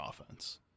offense